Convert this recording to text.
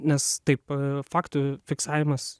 nes taip faktų fiksavimas